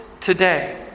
today